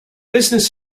business